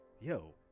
Yo